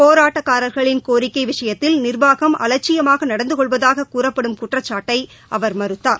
போராட்டக்காரர்களின் கோரிக்கை விஷயத்தில் நிர்வாகம் அலட்சியமாக நடந்து கொள்வதாக கூறப்படும் குற்றச்சாட்டை அவர் மறுத்தார்